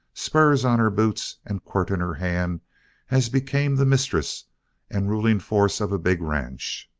spurs on her boots and quirt in her hand as became the mistress and ruling force of a big ranch.